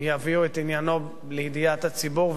יביאו את עניינו לידיעת הציבור,